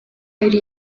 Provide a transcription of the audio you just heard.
yari